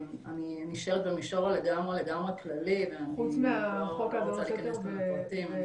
אני נשארת במישור הלגמרי לגמרי כללי ואני לא רוצה להיכנס לפרטים,